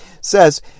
says